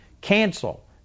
cancel